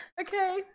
Okay